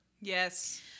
Yes